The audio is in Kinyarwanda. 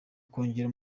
kongera